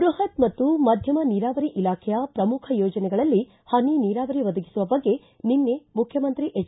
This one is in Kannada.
ಬೃಹತ್ ಮತ್ತು ಮಧ್ಯಮ ನೀರಾವರಿ ಇಲಾಖೆಯ ಪ್ರಮುಖ ಯೋಜನೆಗಳಲ್ಲಿ ಹನಿ ನೀರಾವರಿ ಒದಗಿಸುವ ಬಗ್ಗೆ ನಿನ್ನೆ ಮುಖ್ಯಮಂತ್ರಿ ಎಚ್